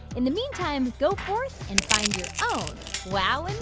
in the meantime, go forth and find your own wow